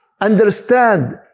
understand